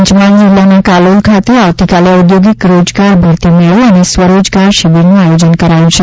પંચમહાલ જિલ્લાના કાલોલ ખાતે આવતીકાલે ઓદ્યોગિક રોજગાર ભરતી મેળો અને સ્વરોજગાર શિબિરનું આયોજન કરાયું છે